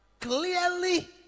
clearly